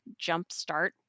jumpstart